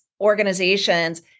organizations